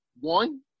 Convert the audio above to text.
one